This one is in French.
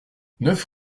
neuf